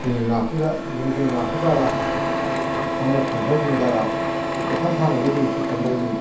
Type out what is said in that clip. जों नाखौ गारा साम' खांख्राय जों गारा खखा सानायखौ जों थैफ्राम लायो